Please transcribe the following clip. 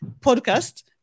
podcast